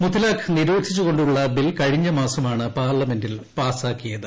മുത്തലാഖ് നിരോധിച്ചുകൊണ്ടുള്ള ബിൽ കഴിഞ്ഞ മാസമാണ് പാർലമെന്റിൽ പാസാക്കിയത്